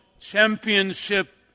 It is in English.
Championship